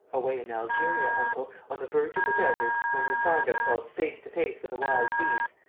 away in algeria, uncle, on the verge of the desert, when we find ourselves face to face with a wild beast,